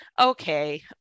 Okay